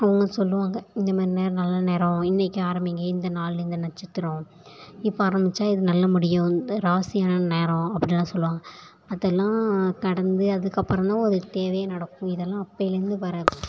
அவங்க சொல்லுவாங்க இந்த மாரி நேரம் நல்ல நேரம் இன்றைக்கி ஆரம்மிங்க இந்த நாள் இந்த நட்சத்திரம் இப்போ ஆரம்பிச்சா இது நல்ல முடியும் இந்த ராசியான நேரம் அப்படிலாம் சொல்லுவாங்க அதெல்லாம் கடந்து அதுக்கப்புறந்தான் ஒரு தேவையே நடக்கும் இதெல்லாம் அப்போலேருந்து வர்றது